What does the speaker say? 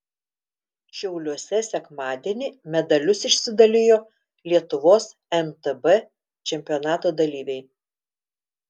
šiauliuose sekmadienį medalius išsidalijo lietuvos mtb čempionato dalyviai